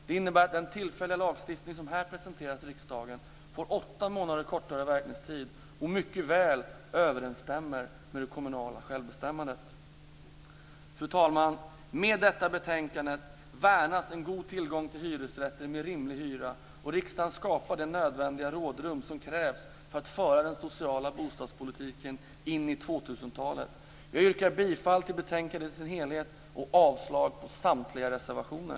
Det innebär att den tillfälliga lagstiftning som här presenterats i riksdagen får åtta månader kortare verkningstid och mycket väl överensstämmer med det kommunala självbestämmandet. Fru talman! Med detta betänkande värnas en god tillgång till hyresrätter med rimlig hyra, och riksdagen skapar det nödvändiga rådrum som krävs för att föra den sociala bostadspolitiken in i 2000-talet. Jag yrkar bifall till utskottets hemställan i dess helhet och avslag på samtliga reservationer.